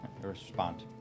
respond